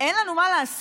אין לנו מה לעשות?